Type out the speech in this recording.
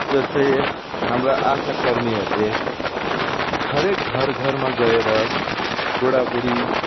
जस्तै हाम्रा आशाकर्मीहरूले हरेक घर घरमा गएर बुढाबुढी